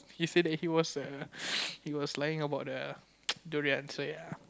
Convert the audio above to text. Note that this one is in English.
he said that he was err he was lying about the durian so ya